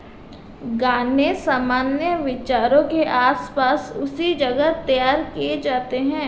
गाने सामान्य विचारों के आस पास उसी जगह तैयार किए जाते हैं